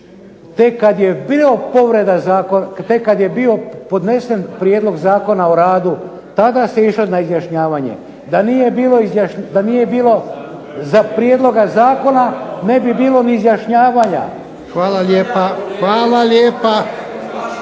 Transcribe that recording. Tek kad je bio podnesen Prijedlog zakona o radu tada se išlo na izjašnjavanje. Da nije bilo prijedloga zakona ne bi bilo ni izjašnjavanja. **Jarnjak,